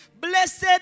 Blessed